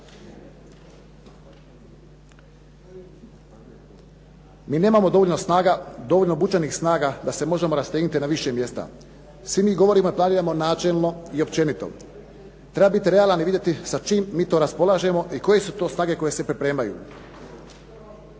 snaga, dovoljno obučenih snaga da se možemo rastegnuti na više mjesta. Svi mi govorimo … /Govornik se ne razumije./ … načelno i općenito. Treba biti realan i vidjeti sa čim mi to raspolažemo i koje su to snage koje se pripremaju.